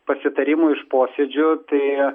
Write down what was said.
pasitarimų iš posėdžių tai